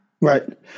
Right